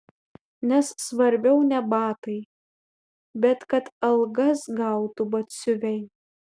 nes svarbiau ne batai bet kad algas gautų batsiuviai